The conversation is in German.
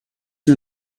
von